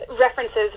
references